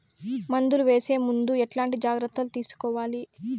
మందులు వేసే ముందు ఎట్లాంటి జాగ్రత్తలు తీసుకోవాలి?